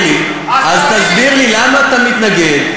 אז תסביר לי למה אתה מתנגד,